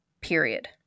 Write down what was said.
Period